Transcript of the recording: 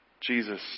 Jesus